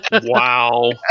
Wow